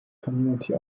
community